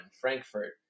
Frankfurt